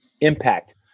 Impact